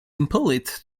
impolite